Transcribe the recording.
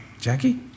Jackie